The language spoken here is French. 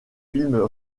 film